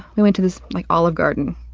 we went to this, like, olive garden,